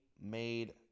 made